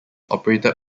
operated